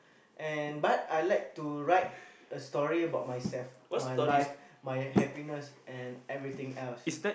and but I like to write a story about myself my life my happiness and everything else